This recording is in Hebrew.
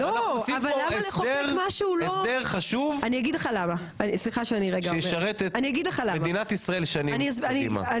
אנחנו עושים פה הסדר חשוב שישרת את מדינת ישראל שנים קדימה.